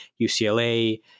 UCLA